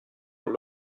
leur